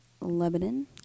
Lebanon